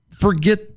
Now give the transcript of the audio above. forget